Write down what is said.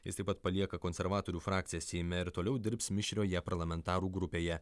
jis taip pat palieka konservatorių frakciją seime ir toliau dirbs mišrioje parlamentarų grupėje